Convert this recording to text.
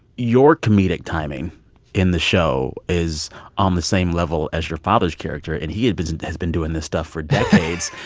your comedic timing in the show is on the same level as your father's character, and he had has been doing this stuff for decades.